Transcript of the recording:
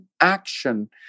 action